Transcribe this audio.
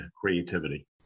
creativity